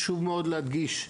חשוב מאוד להדגיש,